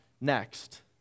next